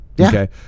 okay